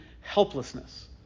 helplessness